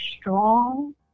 strong